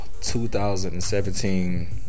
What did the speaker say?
2017